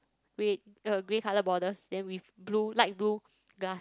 grey uh grey color borders then with blue light blue glass